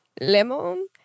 Lemon